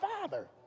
Father